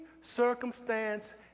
circumstance